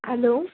hello